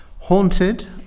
Haunted